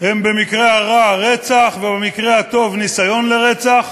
היא במקרה הרע רצח ובמקרה הטוב ניסיון לרצח.